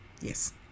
Yes